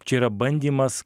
čia yra bandymas